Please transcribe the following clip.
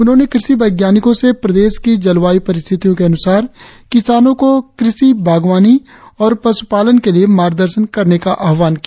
उन्होंने कृषि वैज्ञानिकों से प्रदेश की जलवायु परिस्थितियों के अनुसार किसानों को कृषि बागवानी और पशु पालन के लिए मार्ग दर्शन करने का आह्वान किया